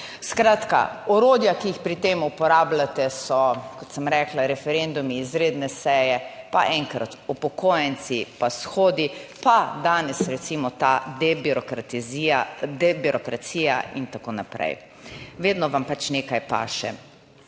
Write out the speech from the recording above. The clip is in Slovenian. Skratka, orodja, ki jih pri tem uporabljate so, kot sem rekla, referendumi, izredne seje, pa enkrat upokojenci pa shodi, pa danes recimo ta debirokratizija, debirokracija in tako naprej. Vedno vam pač nekaj paše.